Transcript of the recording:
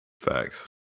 Facts